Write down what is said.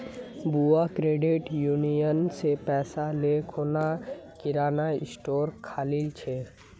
बुआ credit union स पैसा ले खूना किराना स्टोर खोलील छ